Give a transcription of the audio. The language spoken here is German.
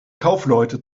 kaufleute